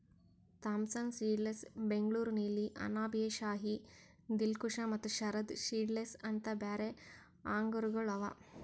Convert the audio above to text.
Thompson seedless, Bengaluru ನೀಲಿ, ಅನಾಬ್ ಎ ಶಾಹಿ, ದಿಲ್ಖುಷ ಮತ್ತ Sharad seedless ಅಂತ್ ಬ್ಯಾರೆ ಆಂಗೂರಗೊಳ್ ಅವಾ